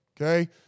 Okay